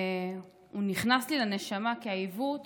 והוא נכנס לי לנשמה, כי העיוות